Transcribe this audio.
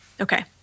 Okay